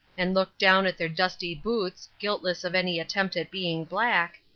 and looked down at their dusty boots, guiltless of any attempt at being black,